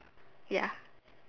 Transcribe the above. ya